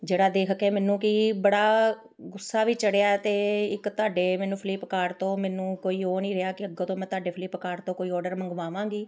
ਜਿਹੜਾ ਦੇਖ ਕੇ ਮੈਨੂੰ ਕਿ ਬੜਾ ਗੁੱਸਾ ਵੀ ਚੜਿਆ ਅਤੇ ਇੱਕ ਤੁਹਾਡੇ ਮੈਨੂੰ ਫਲਿੱਪਕਾਰਟ ਤੋਂ ਮੈਨੂੰ ਕੋਈ ਉਹ ਨਹੀਂ ਰਿਹਾ ਕਿ ਅੱਗੋਂ ਤੋਂ ਮੈਂ ਤੁਹਾਡੇ ਫਲਿੱਪਕਾਟ ਤੋਂ ਕੋਈ ਔਡਰ ਮੰਗਵਾਵਾਂਗੀ